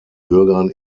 bürgern